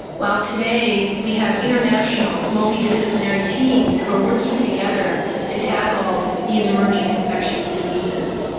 while today we have international multidisciplinary teams who are working together to tackle these emerging infectious diseases.